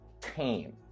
tame